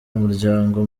umuryango